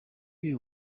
you